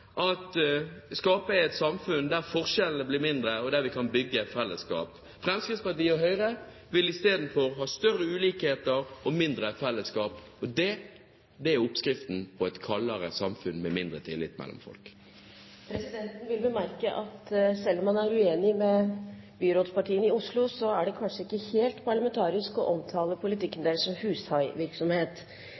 et samfunn der forskjellene blir mindre, og der vi kan bygge fellesskap. Fremskrittspartiet og Høyre vil i stedet ha større ulikheter og mindre fellesskap, og det er oppskriften på et kaldere samfunn med mindre tillit mellom folk. Presidenten vil bemerke at selv om man er uenig med byrådspartiene i Oslo, er det kanskje ikke helt parlamentarisk å omtale politikken deres som